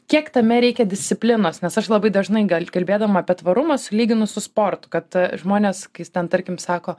kiek tame reikia disciplinos nes aš labai dažnai gal kalbėdama apie tvarumą sulyginu su sportu kad žmonės kai jis ten tarkim sako